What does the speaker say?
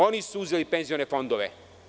Oni su uzeli penzione fondove.